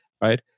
right